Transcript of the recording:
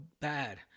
Bad